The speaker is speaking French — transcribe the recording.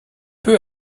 peu